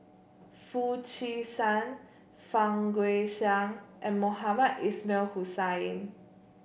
Foo Chee San Fang Guixiang and Mohamed Ismail Hussain